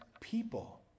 People